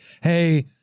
hey